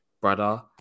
brother